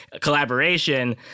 collaboration